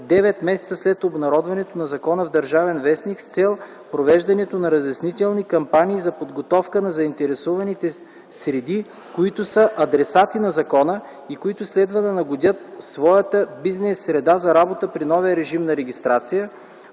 9 месеца след обнародването на закона в „Държавен вестник” с цел провеждането на разяснителни кампании за подготовка на заинтересуваните среди, които са адресати на закона и които следва да нагодят своята бизнес среда за работа при новия режим на регистрация,